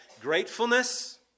gratefulness